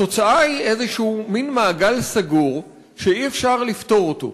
התוצאה היא מין מעגל סגור שאי-אפשר לפתור אותו.